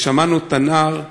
ושמענו את הנער,